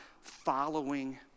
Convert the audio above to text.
following